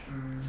mm